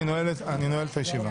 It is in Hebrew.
אני נועל את הישיבה.